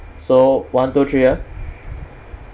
so one two three ah